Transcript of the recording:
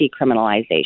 decriminalization